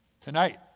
Tonight